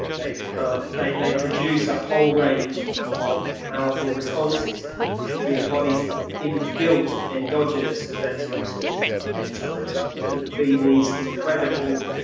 they become, they they produce a whole range of powerful responses which will be the body's inbuilt, indigenous antioxidant enzymes. it will be these incredible